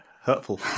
hurtful